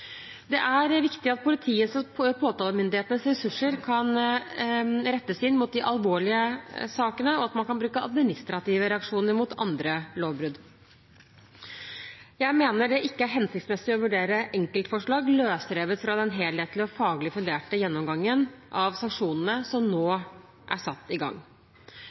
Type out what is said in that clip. Det er viktig at politiets og påtalemyndighetens ressurser kan rettes inn mot de alvorlige sakene, og at man kan bruke administrative reaksjoner ved andre lovbrudd. Jeg mener det ikke er hensiktsmessig å vurdere enkeltforslag, løsrevet fra den helhetlige og faglig funderte gjennomgangen av sanksjoner som nå er satt i gang.